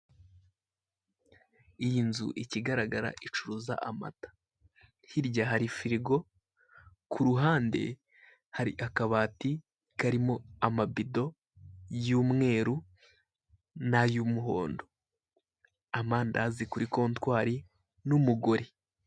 Iyi nzu ikigaragara icuruza amata hirya hari firigo, ku ruhande hari akabati karimo amabido y'umweru nay'umuhondo, amandazi kuri kontwari n'umugore